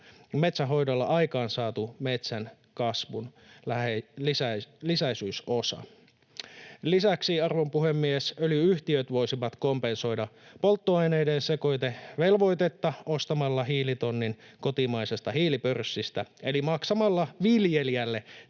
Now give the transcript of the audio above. metsänhoidolla aikaansaatu metsän kasvun lisäisyysosa. Lisäksi, arvon puhemies, öljy-yhtiöt voisivat kompensoida polttoaineiden sekoitevelvoitetta ostamalla hiilitonnin kotimaisesta hiilipörssistä eli maksamalla viljelijälle